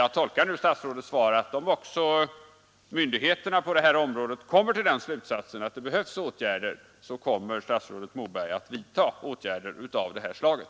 Jag tolkar statsrådets svar så att statsrådet Moberg — om nu också myndigheterna kommer till slutsatsen att det behövs åtgärder på det här området — kommer att vidta åtgärder av det här slaget.